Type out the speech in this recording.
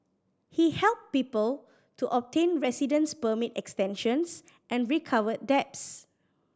he helped people to obtain residence permit extensions and recovered debts